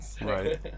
right